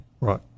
Right